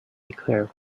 declared